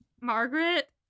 Margaret